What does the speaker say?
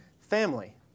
Family